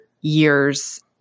years